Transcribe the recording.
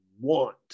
want